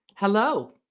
Hello